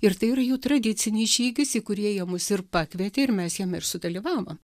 ir tai yra jų tradicinis žygis į kurį jie mus ir pakvietė ir mes jame ir sudalyvavom